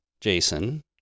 Jason